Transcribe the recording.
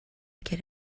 get